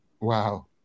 Wow